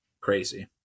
crazy